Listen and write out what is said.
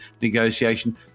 negotiation